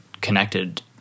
connected